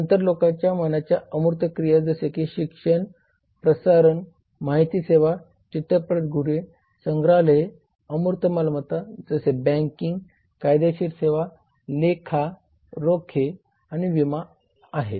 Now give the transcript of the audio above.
नंतर लोकांच्या मनाच्या अमूर्त क्रिया जसे शिक्षण प्रसारण माहिती सेवा चित्रपटगृहे संग्रहालये आणि अमूर्त मालमत्ता जसे बँकिंग कायदेशीर सेवा लेखा रोखे आणि विमा आहेत